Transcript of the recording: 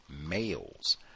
males